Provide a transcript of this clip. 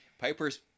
Piper's